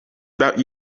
about